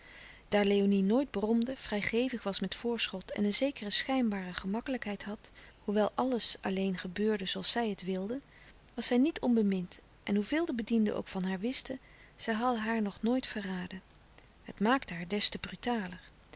daar léonie nooit bromde vrijgevig was met voorschot en een zekere schijnbare gemakkelijkheid had hoewel alles alleen gebeurde zooals zij het wilde was zij niet onbemind en hoeveel de bedienden ook van haar wisten zij hadden haar nog nooit verraden het maakte haar des te brutaler